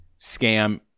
scam